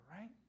right